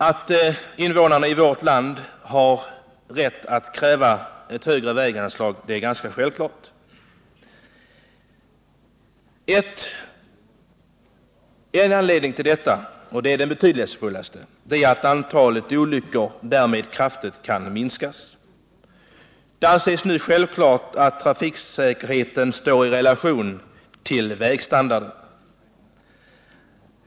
Att invånarna i vårt land har rätt att kräva ett högre väganslag är någonting ganska självklart. En anledning till detta — och det är den betydelsefullaste — är att antalet olyckor därmed kraftigt kan minskas. Det anses nu klarlagt att trafiksäkerheten står i relation till vägstandarden.